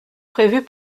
prévues